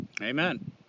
Amen